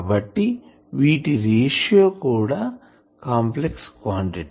కాబట్టి వీటి రేషియో కూడా కాంప్లెక్స్ క్వాంటిటీ